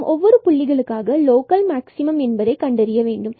நாம் ஒவ்வொரு புள்ளிகளுக்காக லோக்கல் மேக்ஸிமம் என்பதை கண்டறிய வேண்டும்